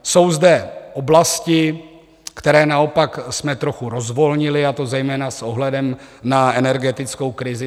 Jsou zde oblasti, které naopak jsme trochu rozvolnili, a to zejména s ohledem na energetickou krizi.